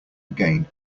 again